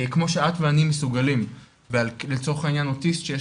כמו שאת ואני מסוגלים ולצורך העניין אוטיסט שיש